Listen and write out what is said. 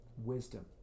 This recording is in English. wisdom